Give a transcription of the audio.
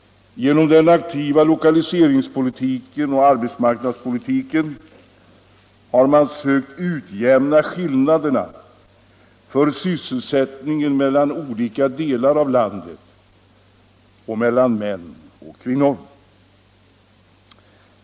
Genom den aktiva lokaliseringspolitiken och arbetsmarknadspolitiken har man sökt utjämna skillnaderna för sysselsättningen mellan olika delar av landet samt mellan män och kvinnor.